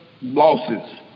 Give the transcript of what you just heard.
losses